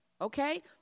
Okay